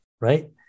right